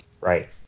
Right